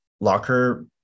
Locker